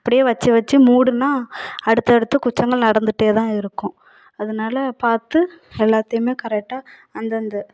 அப்டேயே வச்சு வச்சு மூடினா அடுத்தடுத்து குற்றங்கள் நடந்துகிட்டே தான் இருக்கும் அதனால் பார்த்து எல்லாத்தையுமே கரெக்டாக அந்தந்த